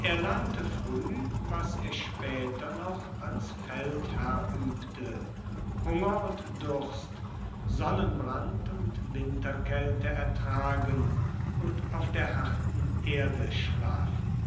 er lernte früh was er später noch als feldherr übte hunger und durst sonnenbrand und winterkälte ertragen und auf der harten erde schlafen